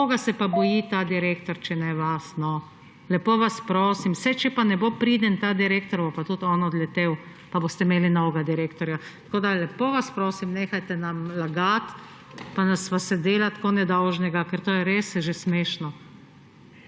Koga se pa boji ta direktor, če ne vas, no? Lepo vas prosim! Saj če pa ne bo priden ta direktor, bo pa tudi on odletel, pa boste imeli novega direktorja. Tako da lepo vas prosim, nehajte nam lagati, pa se delati tako nedolžnega, ker to je res že smešno.